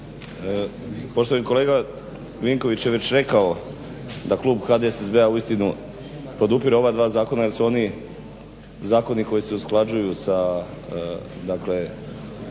Poštovani kolega Vinković je već rekao da Klub HDSSB-a uistinu podupire ova dva zakona jer su oni zakoni koji se usklađuju sa dakle EU.